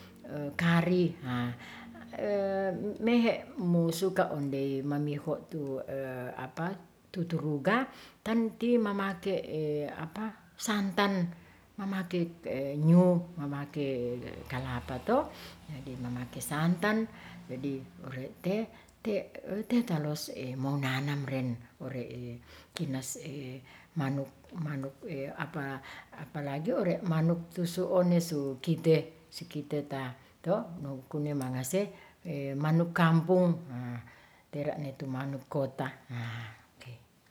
Kari ha mehe mo suka ondei mamiho tu tuturuga ton ti mamake santan, mamake kapala to jadi mamake santan, jadi ore' te tetalos mau nanam ore'en kinas manuk, apalagi ore' manuk tu su onesu kite sikite ta to no kune mangase manuk kampung tera ne tu manuk kota.